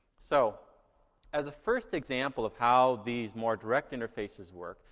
so as a first example of how these more direct interfaces work,